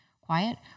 quiet